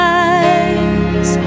eyes